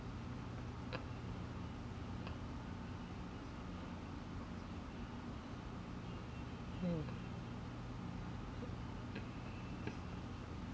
hmm